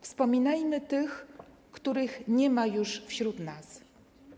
Wspominajmy tych, których nie ma już wśród nas.